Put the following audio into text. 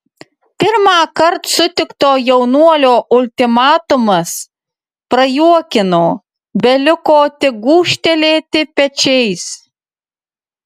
pirmąkart sutikto jaunuolio ultimatumas prajuokino beliko tik gūžtelėti pečiais